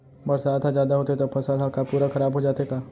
बरसात ह जादा होथे त फसल ह का पूरा खराब हो जाथे का?